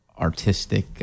artistic